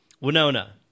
winona